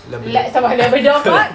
la~ sabar labrador park